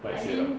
paiseh uh